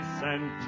sent